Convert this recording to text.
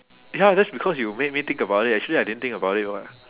ya that's because you made me think about it actually I didn't think about it [what]